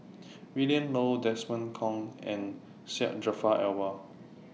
Willin Low Desmond Kon and Syed Jaafar Albar